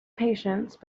patience